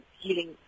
healing